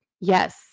Yes